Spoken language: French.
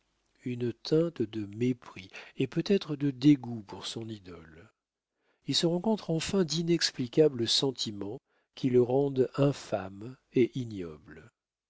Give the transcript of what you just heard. une teinte de mépris et peut-être de dégoût pour son idole il se rencontre enfin d'inexplicables sentiments qui le rendent infâme et ignoble